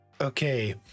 okay